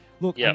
look